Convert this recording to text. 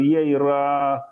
jie yra